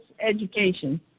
education